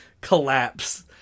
collapse